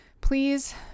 please